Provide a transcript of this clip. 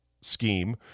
scheme